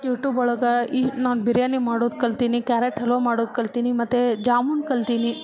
ಯೂಟೂಬೊಳಗೆ ಈ ನಾನು ಬಿರಿಯಾನಿ ಮಾಡೋದು ಕಲಿತೀನಿ ಕ್ಯಾರೆಟ್ ಹಲ್ವಾ ಮಾಡೋದು ಕಲಿತೀನಿ ಮತ್ತೆ ಜಾಮೂನು ಕಲಿತೀನಿ